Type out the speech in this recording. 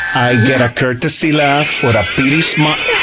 i get a courtesy laugh, or a pity smile, yeah